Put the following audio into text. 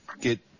get